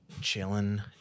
chilling